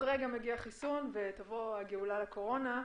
רגע מגיע חיסון ותבוא הגאולה לקורונה,